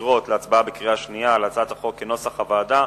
ישירות להצבעה בקריאה שנייה על הצעת החוק כנוסח הוועדה,